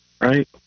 right